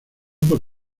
por